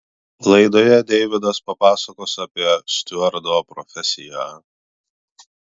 laidoje deividas papasakos apie stiuardo profesiją